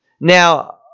Now